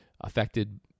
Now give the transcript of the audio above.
affected